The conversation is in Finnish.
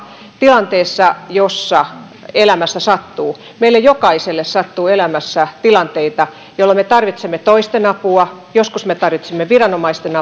tilanteessa jossa elämässä sattuu meille jokaiselle sattuu elämässä tilanteita jolloin me tarvitsemme toisten apua joskus me tarvitsemme viranomaisten